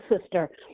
sister